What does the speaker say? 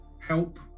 help